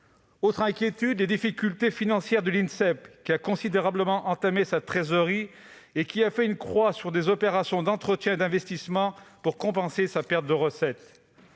notre inquiétude porte sur les difficultés financières de l'Insep, qui a considérablement entamé sa trésorerie et fait une croix sur des opérations d'entretien et d'investissement pour compenser sa perte de recettes.